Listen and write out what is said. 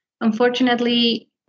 unfortunately